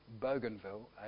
Bougainville